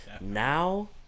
now